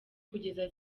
kugeza